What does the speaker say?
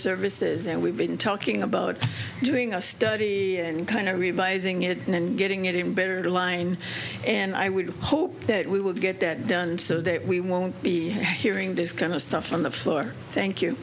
services and we've been talking about doing a study and kind of revising it and getting it in better line and i would hope that we would get that done so that we won't be hearing this kind of stuff on the floor th